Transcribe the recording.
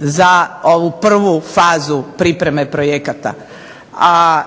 za prvu fazu pripreme projekata, a